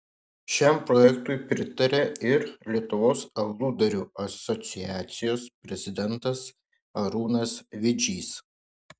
šiam projektui pritaria ir lietuvos aludarių asociacijos prezidentas arūnas vidžys